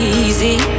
easy